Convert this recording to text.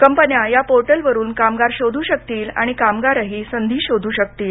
कंपन्या या पोर्टलवरून कामगार शोधू शकतील आणि कामगारही संधी शोधू शकतील